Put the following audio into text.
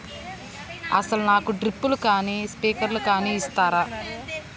అసలు నాకు డ్రిప్లు కానీ స్ప్రింక్లర్ కానీ ఇస్తారా?